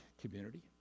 community